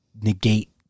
negate